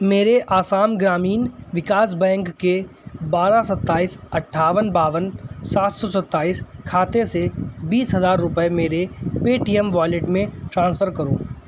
میرے آسام گرامین وکاس بینک کے بارہ ستائیس اٹھاون باون سات سو ستائیس کھاتے سے بیس ہزار روپئے میرے پے ٹی ایم والیٹ میں ٹرانسفر کرو